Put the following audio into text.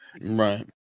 Right